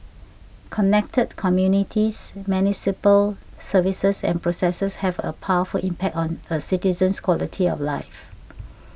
connected communities municipal services and processes have a powerful impact on a citizen's quality of life